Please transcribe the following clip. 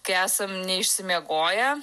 kai esam neišsimiegoję